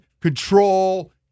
control